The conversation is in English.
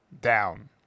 down